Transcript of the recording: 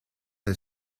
del